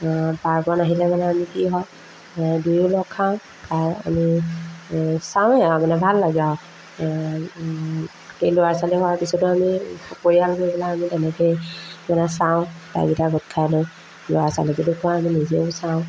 পাৰ্কত আহিলে মানে আমি কি হয় এই দুয়ো লগ খাওঁ খাই আমি এই চাওঁৱেই আৰু মানে ভাল লাগে আৰু এই এই ল'ৰা ছোৱালী হোৱাৰ পিছতো আমি সপৰিয়াল কৰি পেলাই আমি তেনেকেই মানে চাওঁ আটাইকেইটা গোট খাই লৈ ল'ৰা ছোৱালীকো দেখুৱাওঁ আমি নিজেও চাওঁ